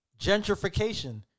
Gentrification